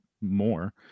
more